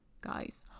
Guys